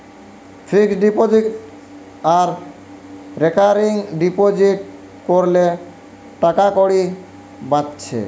fixed deposit আর recurring deposit কোরলে টাকাকড়ি বাঁচছে